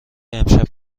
امشب